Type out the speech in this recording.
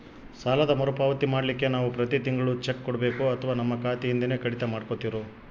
ಸಾಲದ ಮರುಪಾವತಿ ಮಾಡ್ಲಿಕ್ಕೆ ನಾವು ಪ್ರತಿ ತಿಂಗಳು ಚೆಕ್ಕು ಕೊಡಬೇಕೋ ಅಥವಾ ನಮ್ಮ ಖಾತೆಯಿಂದನೆ ಕಡಿತ ಮಾಡ್ಕೊತಿರೋ?